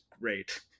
great